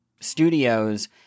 studios